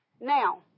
Now